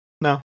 No